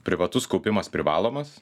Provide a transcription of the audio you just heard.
privatus kaupimas privalomas